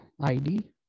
ID